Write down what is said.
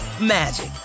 magic